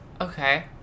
Okay